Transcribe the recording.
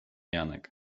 janek